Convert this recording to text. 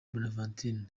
bonaventure